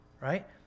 right